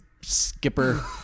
skipper